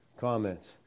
Comments